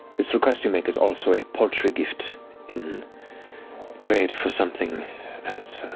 this request you make is also a paltry gift in trade for something as,